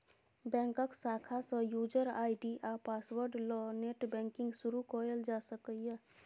बैंकक शाखा सँ युजर आइ.डी आ पासवर्ड ल नेट बैंकिंग शुरु कयल जा सकैए